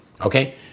Okay